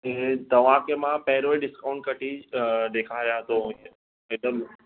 इहे तव्हांखे मां पहरियों ई डिस्काउंट कढी ॾेखारियां थो मैडम